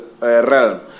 realm